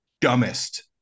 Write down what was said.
dumbest